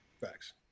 Facts